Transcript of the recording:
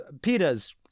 pitas